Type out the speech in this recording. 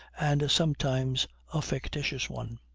and sometimes a fictitious one.